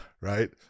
right